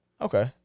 Okay